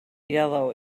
yellow